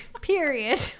Period